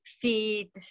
feed